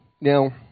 Now